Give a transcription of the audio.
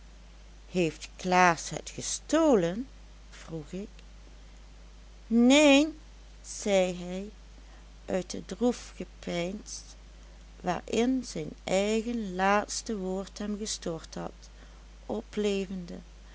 heeft klaas het gestolen vroeg ik neen zei hij uit het droef gepeins waarin zijn eigen laatste woord hem gestort had oplevende